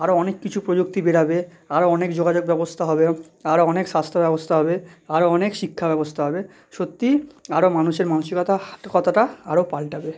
আরও অনেক কিছু প্রযুক্তি বেরোবে আরও অনেক যোগাযোগ ব্যবস্থা হবে আরও অনেক স্বাস্থ্য ব্যবস্থা হবে আরও অনেক শিক্ষা ব্যবস্থা হবে সত্যিই আরও মানুষের মানসিকতা কতটা আরও পালটাবে